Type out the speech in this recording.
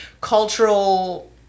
cultural